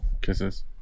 Kisses